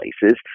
places